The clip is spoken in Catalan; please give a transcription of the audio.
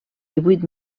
divuit